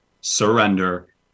surrender